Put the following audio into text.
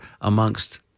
amongst